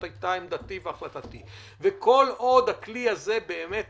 זאת לפחות הייתה עמדתי והחלטתי וכל עוד הכלי הזה באמת